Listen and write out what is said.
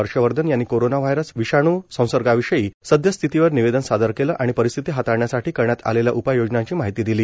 हर्षवर्धन यांनी corona virus विष्णू संसर्गाविषयी सदयस्थितीवर निवेदन सादर केले आणि परीस्थिती हाताळण्यासाठी करण्यात आलेल्या उपाय योजनांची माहिती दिली